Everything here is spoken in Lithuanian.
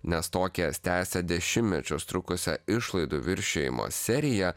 nes tokijas tęsia dešimtmečius trukusią išlaidų viršijimo seriją